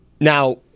Now